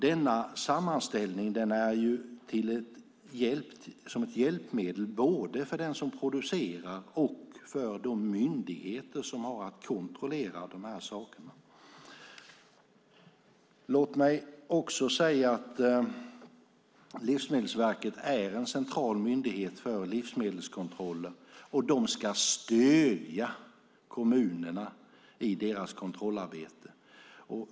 Denna sammanställning är ju ett hjälpmedel både för den som producerar och för de myndigheter som har att kontrollera de här sakerna. Låt mig också säga att Livsmedelsverket är en central myndighet för livsmedelskontrollen och de ska stödja kommunerna i deras kontrollarbete.